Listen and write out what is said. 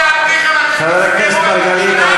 חבר הכנסת מרגלית,